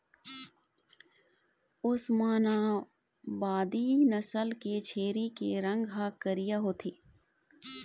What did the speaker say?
ओस्मानाबादी नसल के छेरी के रंग ह करिया होथे